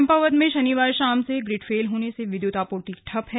चम्पावत में शनिवार शाम से ग्रिड फेल होने से विद्युत आपूर्ति ठप है